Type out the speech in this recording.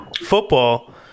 football